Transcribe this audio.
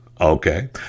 Okay